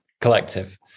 collective